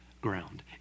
ground